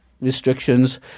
restrictions